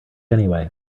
anyway